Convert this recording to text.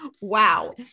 Wow